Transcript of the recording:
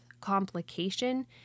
complication